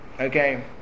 Okay